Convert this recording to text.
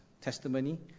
testimony